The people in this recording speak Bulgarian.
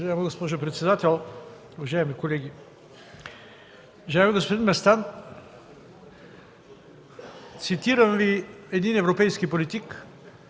Уважаема госпожо председател, уважаеми колеги, уважаеми господин Местан! Цитирам Ви един европейски политик